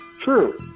True